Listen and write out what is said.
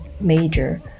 major